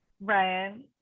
Ryan